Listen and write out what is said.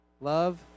love